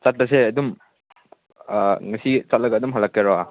ꯆꯠꯄꯁꯦ ꯑꯗꯨꯝ ꯉꯁꯤ ꯆꯠꯂꯒ ꯑꯗꯨꯝ ꯍꯜꯂꯛꯀꯦꯔꯣ